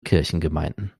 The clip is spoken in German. kirchengemeinden